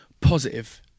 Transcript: positive